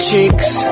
Cheeks